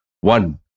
One